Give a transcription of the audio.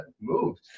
Moved